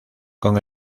con